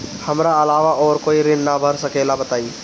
हमरा अलावा और कोई ऋण ना भर सकेला बताई?